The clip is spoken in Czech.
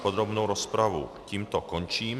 Podrobnou rozpravu tímto končím.